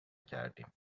کردیم